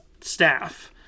staff